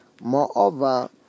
Moreover